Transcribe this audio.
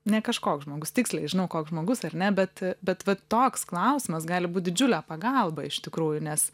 ne kažkoks žmogus tiksliai žinau koks žmogus ar ne bet bet vat toks klausimas gali būt didžiulė pagalba iš tikrųjų nes